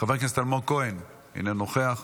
חבר הכנסת אלמוג כהן, אינו נוכח,